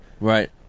Right